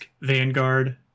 Vanguard